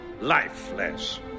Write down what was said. lifeless